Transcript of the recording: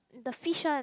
the fish one